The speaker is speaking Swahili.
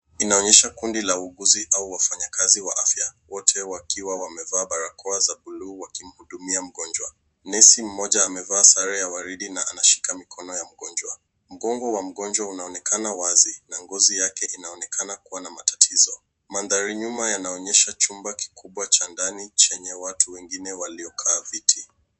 Linaonyesha kundi la wahuguzi ama wafanya kazi wa afya wote wakiwa wamevaa barakoa za bluu wakimuhudumia mgonjwa. Nesi mmoja amevaa sare ya waridi na anashika mikono ya mgonjwa. Mgongo wa mgonjwa unaonekana wazi na gozi yake inaonekana kuwa na matatizo. Madhari nyuma yanaonyesha chumba kikubwa cha ndani chenye watu wengine waliokalia viti.